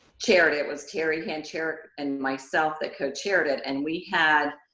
charity. it was terri hancharick and myself that co-chaired it. and we had,